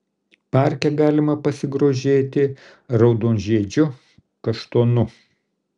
parke galima pasigrožėti raudonžiedžiu kaštonu